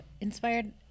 Inspired